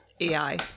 ai